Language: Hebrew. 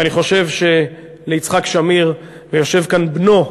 אני חושב שליצחק שמיר, ויושב כאן בנו,